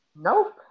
Nope